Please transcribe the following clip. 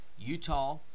Utah